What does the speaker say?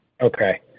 okay